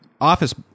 office